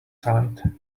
side